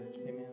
Amen